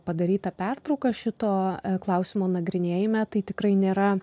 padaryta pertrauka šito klausimo nagrinėjime tai tikrai nėra